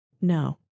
no